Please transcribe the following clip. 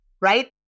right